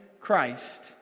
Christ